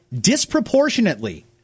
disproportionately